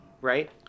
right